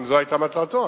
אם זו היתה מטרתו,